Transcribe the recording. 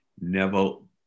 Neville